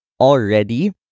already